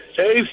Hey